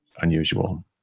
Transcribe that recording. unusual